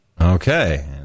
Okay